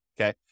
okay